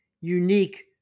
unique